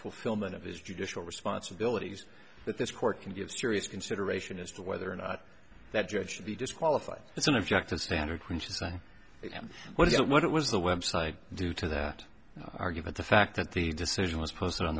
fulfillment of his judicial responsibilities that this court can give serious consideration as to whether or not that judge should be disqualified it's an objective standard criticize him what is the what was the website do to that argument the fact that the decision was posted on